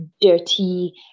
dirty